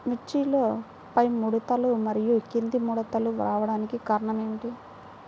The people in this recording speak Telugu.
మిర్చిలో పైముడతలు మరియు క్రింది ముడతలు రావడానికి కారణం ఏమిటి?